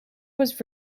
was